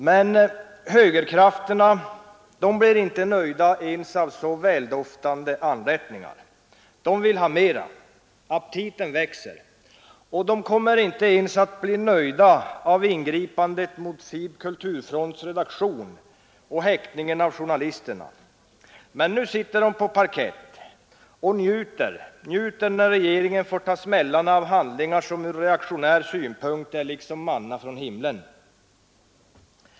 Men högerkrafterna blir inte nöjda ens av så väldoftande anrättningar. De vill ha mera, aptiten växer. De kommer inte ens att bli nöjda av ingripandet mot FiB/Kulturfronts redaktion eller häktningen av journalisterna. Men nu sitter de på parkett och njuter när regeringen får ta smällarna av handlingar som ur reaktionär synpunkt är ”manna från himlen”.